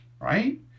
right